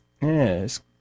Yes